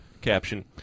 caption